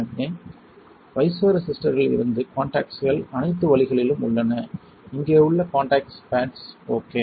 எனவே பைசோரிசிஸ்டர்ல் இருந்து காண்டாக்ட்ஸ்கள் அனைத்து வழிகளிலும் உள்ளன இங்கே இது காண்டாக்ட்ஸ் பேட்ஸ்ஓகே